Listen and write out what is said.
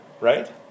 right